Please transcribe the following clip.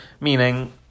Meaning